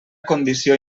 condició